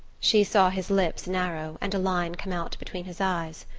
she saw his lips narrow and a line come out between his eyes.